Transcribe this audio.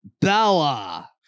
bella